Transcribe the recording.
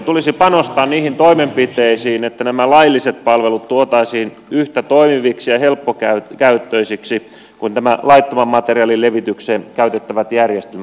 tulisi panostaa niihin toimenpiteisiin että nämä lailliset palvelut tuotaisiin yhtä toimiviksi ja helppokäyttöisiksi kuin nämä laittoman materiaalin levitykseen käytettävät järjestelmät